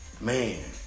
man